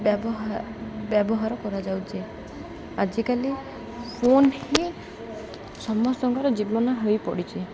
ବ୍ୟବହାର ବ୍ୟବହାର କରାଯାଉଛି ଆଜିକାଲି ଫୋନ୍ ହିଁ ସମସ୍ତଙ୍କର ଜୀବନ ହୋଇପଡ଼ିଛି